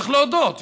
צריך להודות,